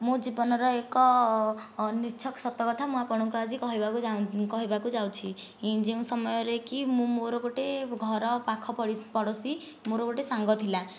ମୁଁ ଜୀବନର ଏକ ନିଛକ ସତ କଥା ମୁଁ ଆପଣଙ୍କୁ ଆଜି କହିବାକୁ ଚାହୁଁ କହିବାକୁ ଯାଉଛି ଯେଉଁ ସମୟରେ କି ମୁଁ ମୋର ଗୋଟିଏ ଘର ପାଖ ପଡ଼ୋଶୀ ମୋର ଗୋଟିଏ ସାଙ୍ଗ ଥିଲା